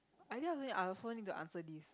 I think I also I also need to answer this